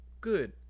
Good